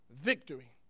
victory